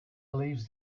leaves